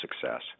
success